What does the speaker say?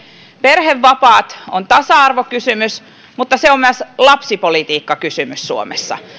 perhevapaat ovat tasa arvokysymys mutta myös lapsipolitiikkakysymys suomessa